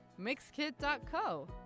Mixkit.co